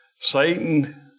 Satan